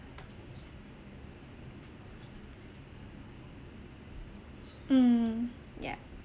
mm yup